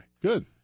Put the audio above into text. Good